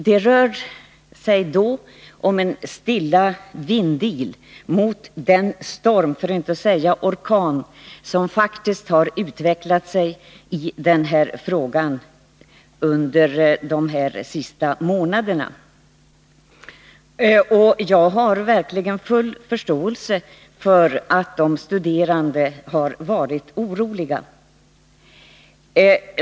Det som då föranledde vår motion var dock en stilla vindil i jämförelse med den storm, för att inte säga orkan, som under de senaste månaderna har blåst upp kring den här frågan. Jag förstår också de studerande och deras oro.